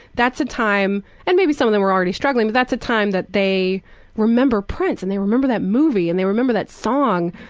that's a time any and maybe some of them were already struggling but that's a time that they remember prince, and they remember that movie, and they remember that song.